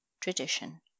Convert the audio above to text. tradition